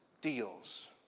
deals